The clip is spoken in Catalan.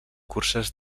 curses